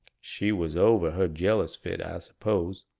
she was over her jealous fit, i suppose.